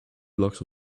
blocks